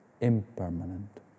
impermanent